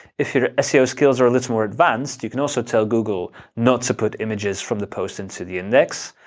if your seo skills are a little more advanced, you can also tell google not to put images from the post into the index,